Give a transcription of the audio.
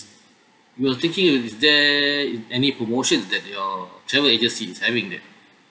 we were thinking is there any promotions that your travel agent is having there